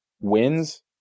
wins